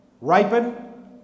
ripen